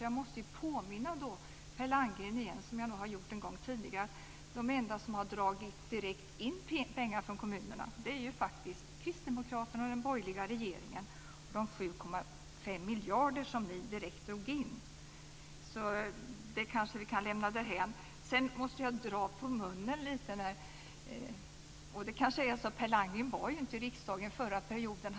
Jag måste påminna Per Landgren - det har jag nog gjort en gång tidigare - om att de enda som direkt har dragit in pengar från kommunerna är kristdemokraterna och den borgerliga regeringen. De 7,5 miljarder som ni direkt drog in kanske vi kan lämna därhän. Sedan måste jag dra på munnen lite. Per Landgren var ju inte i riksdagen förra perioden.